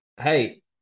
Hey